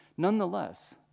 Nonetheless